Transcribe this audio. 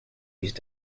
used